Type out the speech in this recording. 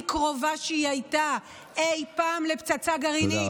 קרובה שהיא הייתה אי פעם לפצצה גרעינית,